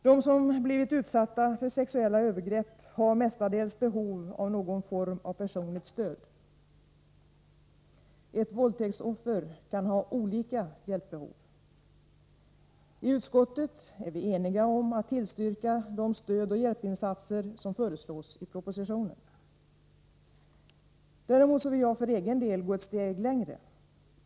De som blivit utsatta för sexuella övergrepp har mestadels behov av någon form av personligt stöd. Ett våldtäktsoffer kan ha olika hjälpbehov. I utskottet är vi eniga om att tillstyrka de stödoch hjälpinsatser som föreslås i propositionen. Däremot vill jag för egen del gå ett steg längre.